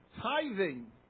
Tithing